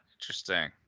Interesting